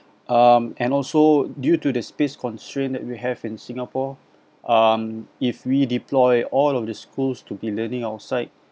um and also due to the space constraint that you have in singapore um if we deploy all of the schools to be learning outside